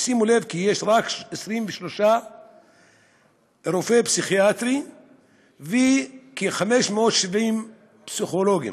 ושימו לב שיש רק 23 רופאים פסיכיאטרים וכ-570 פסיכולוגים.